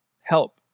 Help